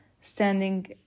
standing